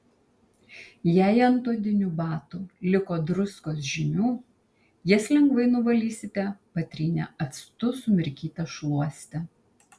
jei ant odinių batų liko druskos žymių jas lengvai nuvalysite patrynę actu sumirkyta šluoste